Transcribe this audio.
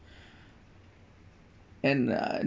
and uh